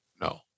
No